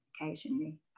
occasionally